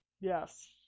yes